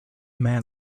man